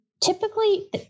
typically